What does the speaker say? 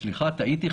סליחה טעיתי.